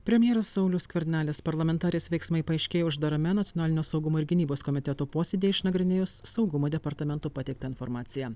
premjeras saulius skvernelis parlamentarės veiksmai paaiškėjo uždarame nacionalinio saugumo ir gynybos komiteto posėdyje išnagrinėjus saugumo departamento pateiktą informaciją